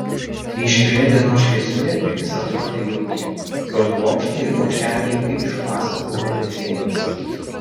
ryškioje dienos šviesoje pilis atrodė jauki jos bokštai ir bokšteliai kaip iš pasakų apie fėjas